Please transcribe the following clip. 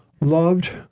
loved